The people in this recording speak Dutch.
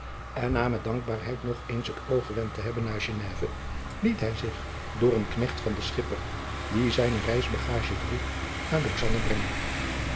en na met dankbaarheid nog eens het oog gewend te hebben naar geneve liet hij zich door een knecht van den schipper die zijne reisbagaadje droeg naar lausanne brengen